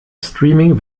streaming